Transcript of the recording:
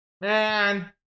Man